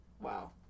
wow